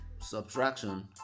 Subtraction